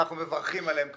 אנחנו מברכים עליהן כמובן,